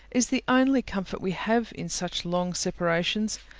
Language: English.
is the only comfort we have in such long separations.